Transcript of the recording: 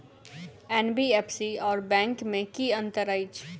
NBFC आओर bank मे की अंतर अछि?